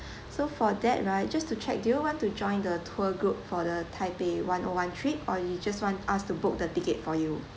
so for that right just to check do you want to join the tour group for the taipei one O one trip or you just want us to book the ticket for you